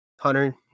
Hunter